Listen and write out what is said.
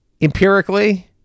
empirically